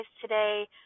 today